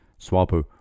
Swapo